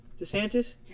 DeSantis